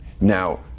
Now